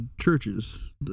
churches